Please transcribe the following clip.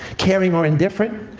caring or indifferent,